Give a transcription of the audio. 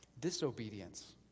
disobedience